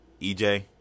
EJ